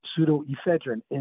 pseudoephedrine